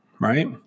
right